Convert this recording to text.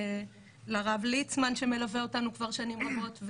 לרב ליצמן שמלווה אותנו כבר שנים רבות.